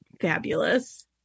fabulous